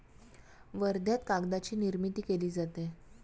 वर्ध्यात कागदाची निर्मिती केली जाते